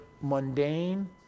mundane